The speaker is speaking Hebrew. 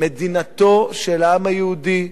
מדינתו של העם היהודי,